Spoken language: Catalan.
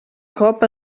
cop